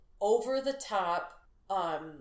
over-the-top